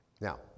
Now